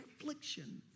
affliction